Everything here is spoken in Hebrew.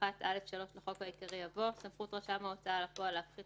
81א3 לחוק העיקרי יבוא: סמכות רשם ההוצאה לפועל להפחית